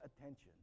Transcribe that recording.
attention